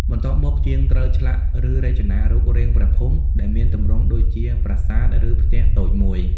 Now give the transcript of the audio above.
បន្ទាប់មក ជាងត្រូវឆ្លាក់ឬរចនារូបរាងព្រះភូមិដែលមានទម្រង់ដូចជា ប្រាសាទ ឬផ្ទះតូចមួយ។